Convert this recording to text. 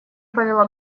повела